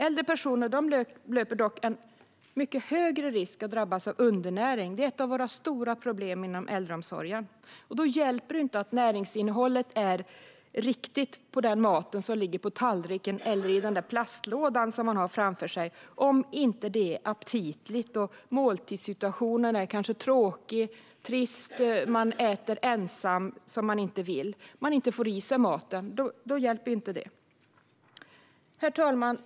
Äldre personer löper dock en mycket högre risk att drabbas av undernäring. Det är ett av våra stora problem inom äldreomsorgen. Då hjälper det inte att näringsinnehållet är riktigt i den mat som ligger på tallriken eller i plastlådan som man har framför sig om maten inte är aptitlig. Måltidssituationen är kanske tråkig och trist, och man äter ensam. Om man inte får i sig maten hjälper den inte. Herr talman!